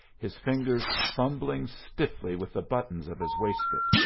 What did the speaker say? his fingers fumbling stiffly with the buttons of his waistcoat.